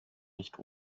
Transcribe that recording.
nicht